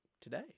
today